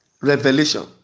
revelation